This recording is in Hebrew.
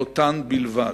ואותן בלבד.